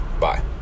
Bye